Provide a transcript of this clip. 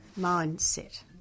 mindset